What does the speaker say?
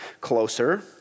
closer